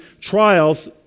trials